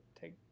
take